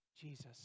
Jesus